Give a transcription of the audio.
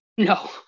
no